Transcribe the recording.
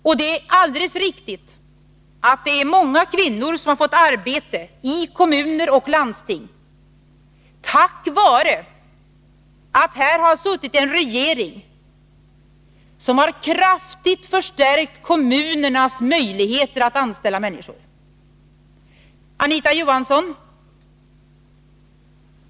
Det är också alldeles riktigt att många kvinnor har fått arbete i kommuner och landsting tack vare att det här i landet har suttit en regering som kraftigt har förstärkt kommunernas möjligheter att anställa människor. Anita Johansson!